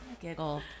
giggle